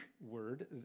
word